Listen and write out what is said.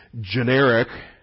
generic